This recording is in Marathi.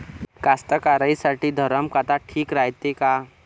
कास्तकाराइसाठी धरम काटा ठीक रायते का?